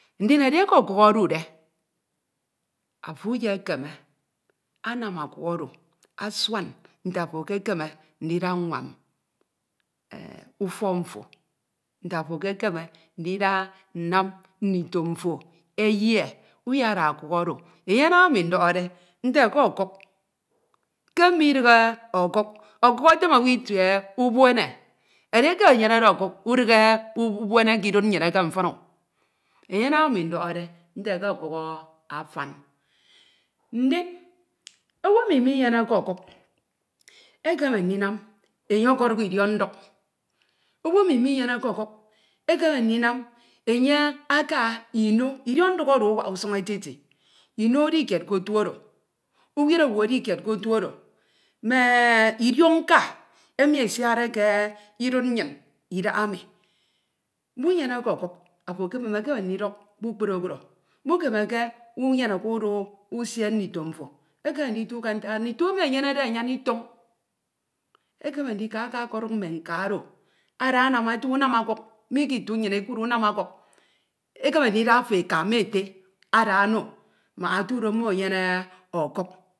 ndin edieke ọkuk odude, ofo uyekeme anam ọkuk oro asuan nfe afo eyekeme ndida ñwam ndito mfo eyie, uyeda ọkuk oro, enye anam ami udikhode nte ke ọkuk ke unidighe ọkuk. Ọkuk efem owu itie ubuene edieke uyenede ọkuk udighe ubenene kidud nnyin eke mfin enye anam ami ndọkhode nfe ke ọkuk afan. Owo emi uinyeneke ọkuk, ekeme ndinam enye ọkuduk idiok nduk, mmo ekku minyeneke okuk ekeme ndinam enye aka ino, idiok nduk oro awak usun etiete, ino edi kied kotu oro, uwid owu edi kied kota oro, mme idiok nka emi esiakde kidied nnyin idahami, munyeneke okuk ofo mmekeme ndiduk kupukpru okro, mukemeke unyeme ọkuk uda usie ndito nifo ekeme nditu ke nduk ndito emi eniyene ayan itọñ ekeme ndika ọkọduk. mme nka oro, ada anam ete unam ọkuk, mi ke itu nnyin ekuud unam ọkuk, ekeme ndida ofo eka mie efe eda emo mbak otudo mmo enyene ọkuk,